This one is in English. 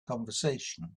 conversation